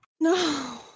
No